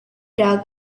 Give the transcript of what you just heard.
dug